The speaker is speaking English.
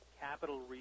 capital